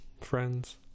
friends